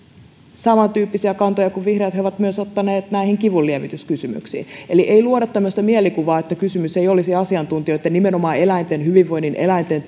samantyyppisiä kantoja kuin vihreät he ovat myös ottaneet näihin kivunlievityskysymyksiin eli ei luoda tämmöistä mielikuvaa että kysymys ei olisi asiantuntijoitten nimenomaan eläinten hyvinvoinnin eläinten